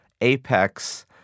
apex